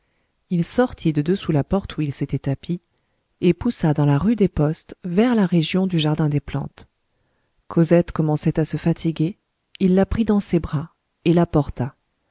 il sortit de dessous la porte où il s'était tapi et poussa dans la rue des postes vers la région du jardin des plantes cosette commençait à se fatiguer il la prit dans ses bras et la